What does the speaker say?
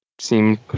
seem